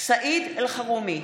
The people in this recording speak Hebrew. סעיד אלחרומי,